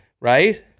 Right